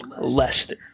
Leicester